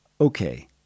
Okay